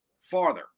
farther